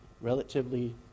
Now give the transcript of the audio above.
relatively